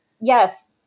Yes